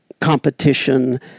competition